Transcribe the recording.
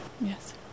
Yes